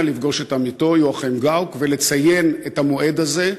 לפגוש את עמיתו יואכים גאוק ולציין את המועד הזה.